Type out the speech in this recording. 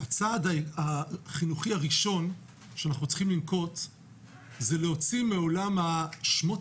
הצעד החינוכי הראשון שאנחנו צריכים לנקוט זה להוציא מעולם שמות